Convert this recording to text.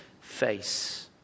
face